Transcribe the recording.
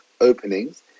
openings